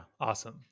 Awesome